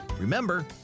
Remember